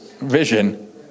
vision